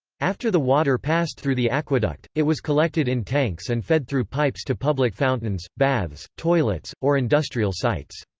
after the water passed through the aqueduct, it was collected in tanks and fed through pipes to public fountains, baths, toilets, or industrial sites.